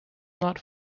not